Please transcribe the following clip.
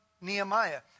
Nehemiah